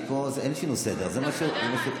אתה יודע מה, אני אעלה.